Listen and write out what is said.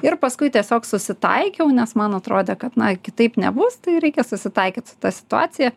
ir paskui tiesiog susitaikiau nes man atrodė kad na kitaip nebus tai reikia susitaikyt su ta situacija